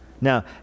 Now